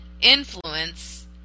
influence